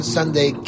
Sunday